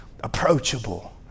approachable